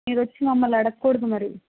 మీరొచ్చి మమ్మల్ని అడగకూడదు మరి